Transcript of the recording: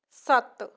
ਸੱਤ